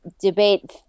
debate